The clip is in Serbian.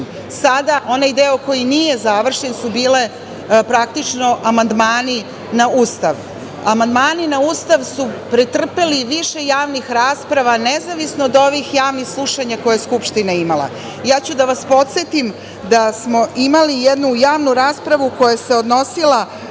onaj deo koji nije završen su bili praktično amandmani na Ustav. Amandmani na Ustav su pretrpeli više javnih rasprava nezavisno od ovih javnih slušanja koje je Skupština imala. Ja ću da vas podsetim da smo imali jednu javnu raspravu koja se odnosila